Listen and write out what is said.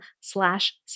slash